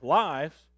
lives